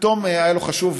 פתאום היה לו חשוב,